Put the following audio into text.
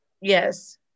Yes